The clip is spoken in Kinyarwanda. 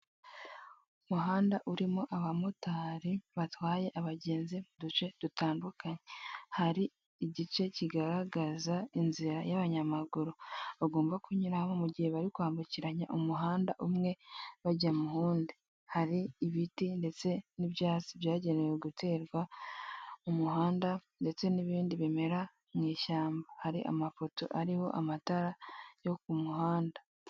Umuhanda urimo abamotari batwaye abagenzi mu duce dutandukanye, hari igice kigaragaza inzira y'abanyamaguru bagomba kunyuramo mu gihe bari kwambukiranya umuhanda umwe bajya mu wundi, hari ibiti ndetse n'ibyatsi byagenewe guterwa mu muhanda ndetse n'ibindi bimera mu ishyamba. Hari amapoto ariho amatara yo ku muhanda.